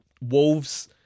Wolves